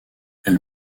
elle